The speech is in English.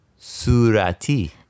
Surati